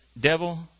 devil